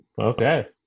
Okay